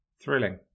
Thrilling